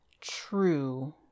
True